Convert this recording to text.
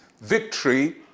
victory